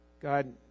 God